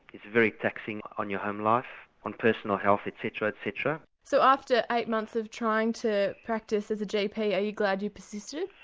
it's very taxing on your home life, on personal health etc. so after eight months of trying to practice as a gp are you glad you persisted?